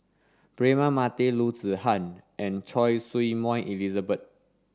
Braema Mathi Loo Zihan and Choy Su Moi Elizabeth